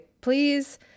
please